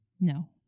No